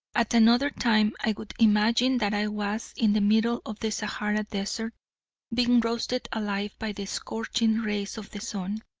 at another time i would imagine that i was in the middle of the sahara desert, being roasted alive by the scorching rays of the sun.